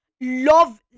love